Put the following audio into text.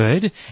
good